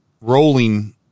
rolling